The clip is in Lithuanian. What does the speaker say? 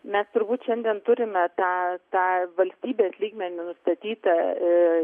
mes turbūt šiandien turime tą tą valstybės lygmeniu nustatytą